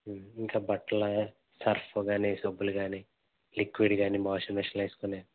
ఇంకా బట్టల సర్ఫ్ గానీ సబ్బులు గానీ లిక్విడ్ గానీ వాషింగ్ మెషిన్లో వేసుకునే